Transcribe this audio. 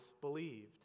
believed